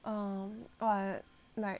um !wah! like